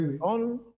On